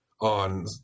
on